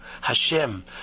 Hashem